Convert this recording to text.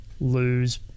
lose